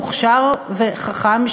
מוכשר וחכם,